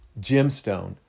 gemstone